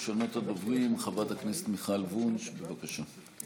ראשונת הדוברים, חברת הכנסת מיכל וונש, בבקשה.